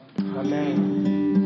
Amen